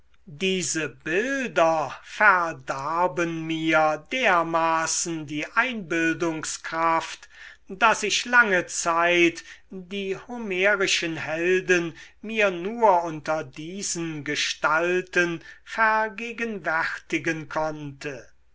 diese bilder verdarben mir dermaßen die einbildungskraft daß ich lange zeit die homerischen helden mir nur unter diesen gestalten vergegenwärtigen konnte